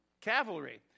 cavalry